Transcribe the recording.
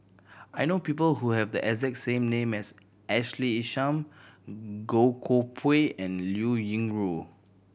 I know people who have the exact same name as Ashley Isham Goh Koh Pui and Liao Yingru